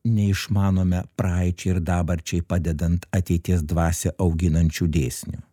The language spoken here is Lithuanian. neišmanome praeičiai ir dabarčiai padedant ateities dvasią auginančių dėsnių